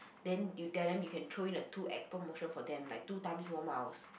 then you tell then you can throw in a two Apple motion for them like two times more mouse